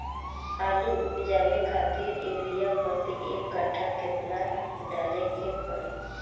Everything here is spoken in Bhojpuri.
आलू उपजावे खातिर यूरिया प्रति एक कट्ठा केतना डाले के पड़ी?